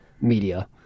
media